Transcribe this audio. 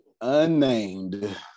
Unnamed